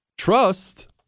Trust